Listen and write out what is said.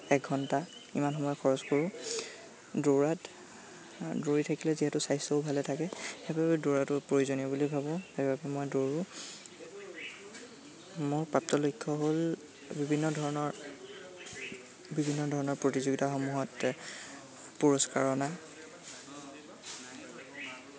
এক ঘণ্টা ইমান সময় খৰচ কৰোঁ দৌৰাত দৌৰি থাকিলে যিহেতু স্বাস্থ্যও ভালে থাকে সেইবাবে দৌৰাটো প্ৰয়োজনীয় বুলি ভাবোঁ সেইবাবে মই দৌৰোঁ মোৰ প্ৰাপ্ত লক্ষ্য হ'ল বিভিন্ন ধৰণৰ বিভিন্ন ধৰণৰ প্ৰতিযোগিতাসমূহত পুৰস্কাৰ অনা